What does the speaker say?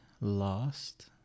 lost